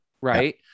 right